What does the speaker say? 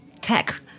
tech